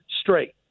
straight